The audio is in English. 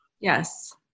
Yes